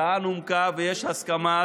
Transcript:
ההצעה נומקה ויש הסכמה,